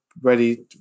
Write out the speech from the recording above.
ready